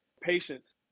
patience